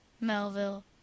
Melville